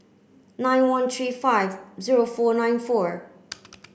nine one three five zero four nine four